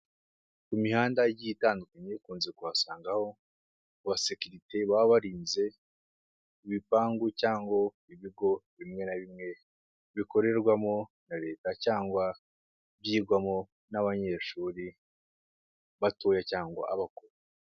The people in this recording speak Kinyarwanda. Ku mihanda igiye itandukanye, ukunze kuhasangaho aba sekirite baba barinze ibipangu, cyangwa ibigo bimwe na bimwe, bikorerwamo na leta cyangwa byigwamo n'abanyeshuri batoya cyangwa abakuru.